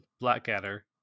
Blackadder